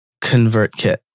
ConvertKit